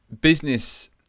business